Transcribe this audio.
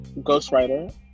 ghostwriter